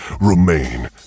remain